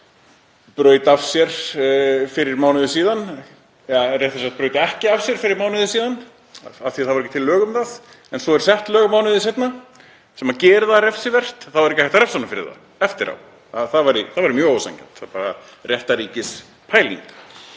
braut af sér fyrir mánuði síðan — eða réttara sagt braut ekki af sér fyrir mánuði síðan af því að það voru ekki til lög um það, en svo eru sett lög mánuði seinna sem gera það refsivert — þá er ekki hægt að refsa honum fyrir það eftir á. Það væri mjög ósanngjarnt. Það er bara réttarríkispæling.